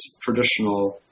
traditional